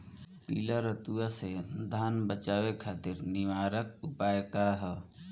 पीला रतुआ से धान बचावे खातिर निवारक उपाय का ह?